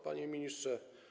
Panie Ministrze!